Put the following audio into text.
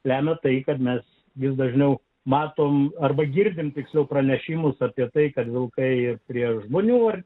lemia tai kad mes vis dažniau matome arba girdime tikslių pranešimų apie tai kad vilkai prie žmonių ar